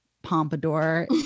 pompadour